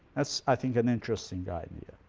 that's, i think, an interesting idea.